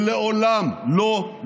ולעולם לא,